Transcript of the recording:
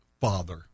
father